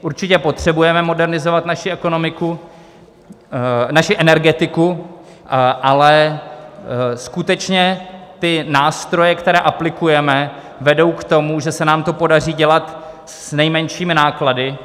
Určitě potřebujeme modernizovat naší ekonomiku, naši energetiku, ale skutečně ty nástroje, které aplikujeme, vedou k tomu, že se nám to podaří dělat s nejmenšími náklady.